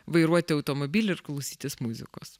vairuoti automobilį ir klausytis muzikos